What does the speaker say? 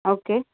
okay